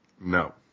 No